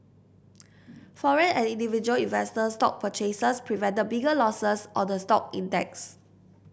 foreign and individual investor stock purchases prevented bigger losses on the stock index